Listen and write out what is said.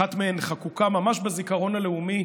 אחת מהן חקוקה ממש בזיכרון הלאומי,